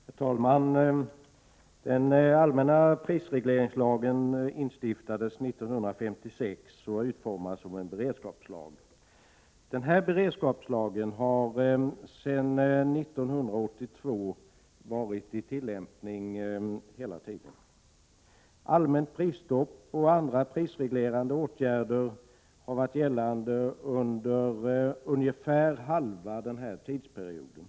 Herr talman! Den allmänna prisregleringslagen instiftades 1956 och utformades som en beredskapslag. Sedan 1982 har lagen varit i tillämpning hela tiden. Allmänt prisstopp och andra prisreglerande åtgärder har varit gällande under ungefär halva den tidsperioden.